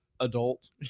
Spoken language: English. adult